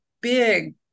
big